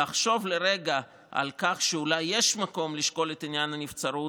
לחשוב לרגע על כך שאולי יש מקום לשקול את עניין הנבצרות,